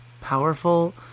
powerful